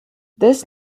this